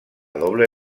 doble